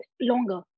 longer